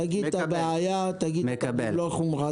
תגיד מה הבעיה, תגיד את מלוא חומרתה.